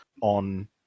on